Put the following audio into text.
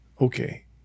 okay